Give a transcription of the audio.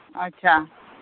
ᱟᱪᱪᱷᱟ